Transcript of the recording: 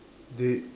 they